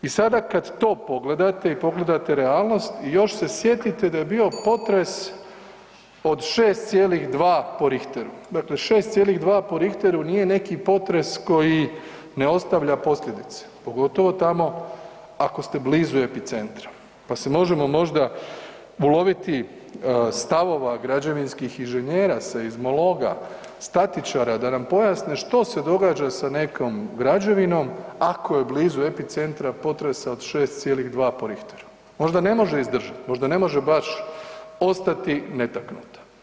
I sada kad to pogledate i pogledate realnost i još se sjetite da je bio potres od 6,2 po Richteru, dakle 6,2 po Richteru nije neki potres koji ne ostavlja posljedice pogotovo tamo ako ste blizu epicentra, pa se možemo možda uloviti stavova građevinskih inženjer, seizmologa, statičara da nam pojasne što se događa sa nekom građevinom ako je blizu epicentra potresa od 6,2 Richteru, možda ne može izdržati, možda ne može baš ostati netaknuta.